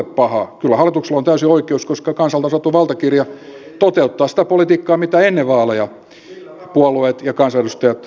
kyllä hallituksella on täysi oikeus koska kansalta on saatu valtakirja toteuttaa sitä politiikkaa mitä ennen vaaleja puolueet ja kansanedustajat lupasivat